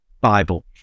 bible